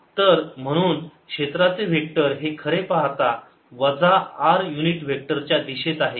तर म्हणून क्षेत्राचे वेक्टर हे खरे पाहता वजा r युनिट वेक्टर च्या दिशेत आहे